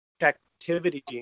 activity